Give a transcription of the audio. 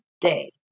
day